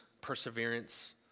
perseverance